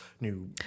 new